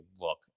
look